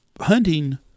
hunting